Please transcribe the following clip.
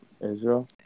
Israel